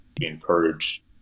encourage